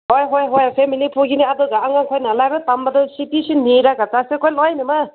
ꯍꯣꯏ ꯍꯣꯏ ꯍꯣꯏ ꯐꯦꯃꯤꯂꯤ ꯄꯨꯒꯅꯤ ꯑꯗꯨꯒ ꯑꯉꯥꯡꯈꯣꯏꯅ ꯂꯥꯏꯔꯤꯛ ꯇꯝꯕꯗꯨ ꯁꯨꯇꯤꯁꯨ ꯅꯤꯔꯒ ꯆꯠꯁꯤꯀꯣ ꯂꯣꯏꯅꯃꯛ